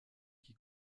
qui